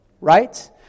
right